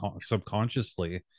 subconsciously